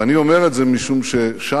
ואני אומר את זה משום ששם